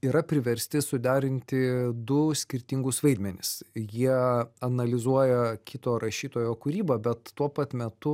yra priversti suderinti du skirtingus vaidmenis jie analizuoja kito rašytojo kūrybą bet tuo pat metu